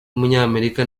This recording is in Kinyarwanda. w’umunyamerika